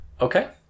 Okay